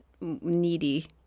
needy